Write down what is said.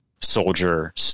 soldier